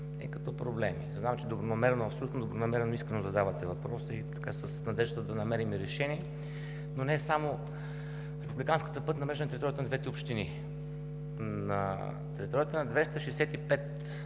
и като проблеми. Знам, че абсолютно добронамерено и искрено задавате въпроса и с надеждата да намерим решение, но не така само републиканската пътна мрежа на територията на двете общини. На територията на 265